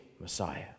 Messiah